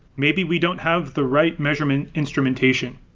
maybe we don't have the right measurement instrumentation.